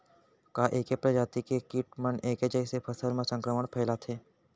का ऐके प्रजाति के किट मन ऐके जइसे फसल म संक्रमण फइलाथें?